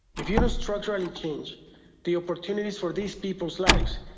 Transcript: if you don't structurally change the opportunities for these people's lives,